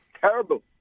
terrible